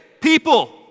people